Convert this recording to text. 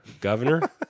governor